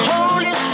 Holy